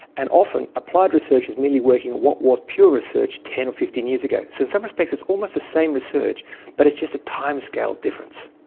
and often applied research is merely working on what was pure research ten or fifteen years ago. so in some respects it's almost the same research but it's just a timescale difference.